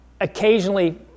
occasionally